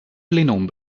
plenum